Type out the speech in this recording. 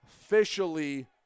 officially